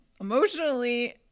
emotionally